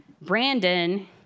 Brandon